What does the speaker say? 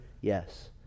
Yes